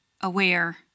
aware